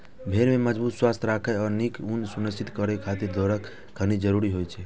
भेड़ कें मजबूत, स्वस्थ राखै आ नीक ऊन सुनिश्चित करै खातिर थोड़ेक खनिज जरूरी होइ छै